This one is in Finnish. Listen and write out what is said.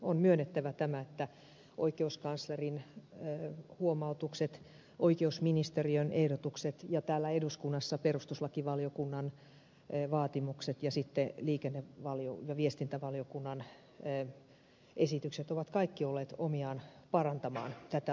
on myönnettävä että oikeuskanslerin huomautukset oikeusministeriön ehdotukset ja täällä eduskunnassa perustuslakivaliokunnan vaatimukset ja sitten liikenne ja viestintävaliokunnan esitykset ovat kaikki olleet omiaan parantamaan tätä lakia